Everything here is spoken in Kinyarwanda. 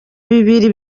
bibiri